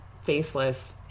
faceless